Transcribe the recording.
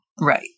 Right